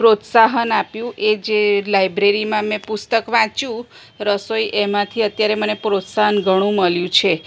પ્રોત્સાહન આપ્યું એ જે લાઇબ્રેરીમાં મેં પુસ્તક વાંચ્યું રસોઈ એમાંથી અત્યારે મને પ્રોત્સાહન ઘણું મળ્યું છે